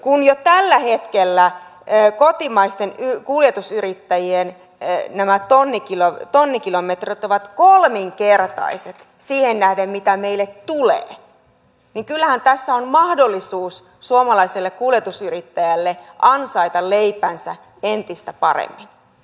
kun jo tällä hetkellä kotimaisten kuljetusyrittäjien tonnikilometrit ovat kolminkertaiset siihen nähden mitä meille tulee niin kyllähän tässä on mahdollisuus suomalaiselle kuljetusyrittäjälle ansaita leipänsä entistä paremmin